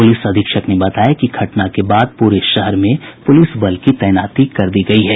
police अधीक्षक ने बताया कि घटना के बाद पूरे शहर में पुलिस बल की तैनाती कर दी गई है